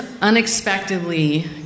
unexpectedly